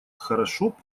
хорошо